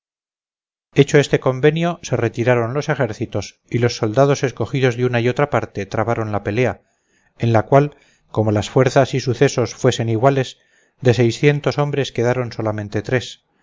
socorrer hecho este convenio se retiraron los ejércitos y los soldados escogidos de una y otra parte trabaron la pelea en la cual como las fuerzas y sucesos fuesen iguales de seiscientos hombres quedaron solamente tres